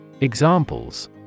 Examples